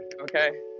okay